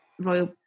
Royal